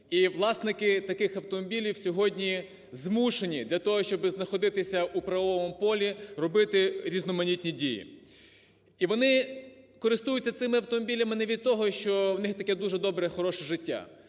І власники таких автомобілів сьогодні змушені для того, щоб знаходитися у правовому полі, робити різноманітні дії. І вони користуються цими автомобілями не від того, що в них таке дуже добре, хороше життя,